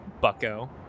bucko